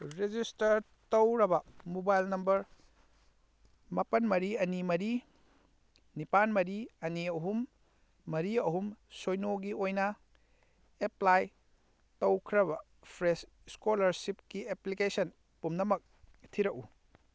ꯔꯦꯖꯤꯁꯇꯔꯠ ꯇꯧꯔꯕ mobile number ꯃꯥꯄꯜ ꯃꯔꯤ ꯑꯅꯤ ꯃꯔꯤ ꯅꯤꯄꯥꯜ ꯃꯔꯤ ꯑꯅꯤ ꯑꯍꯨꯝ ꯃꯔꯤ ꯑꯍꯨꯝ ꯁꯤꯅꯣꯒꯤ ꯑꯣꯏꯅ ꯑꯦꯄ꯭ꯂꯥꯏ ꯇꯧꯈ꯭ꯔꯕ ꯐ꯭ꯔꯦꯁ ꯏꯁꯀꯣꯂꯥꯔꯁꯤꯞꯀꯤ ꯑꯦꯄ꯭ꯂꯤꯀꯦꯁꯟ ꯄꯨꯝꯅꯃꯛ ꯊꯤꯔꯛꯎ